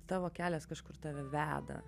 tavo kelias kažkur tave veda